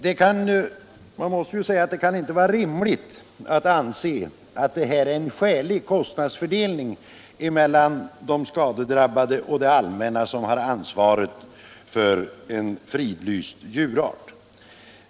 Det här kan inte anses som en skälig kostnadsfördelning mellan de skadedrabbade och det allmänna som har ansvaret för en fridlyst djurart.